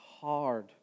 hard